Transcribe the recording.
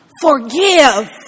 forgive